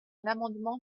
l’amendement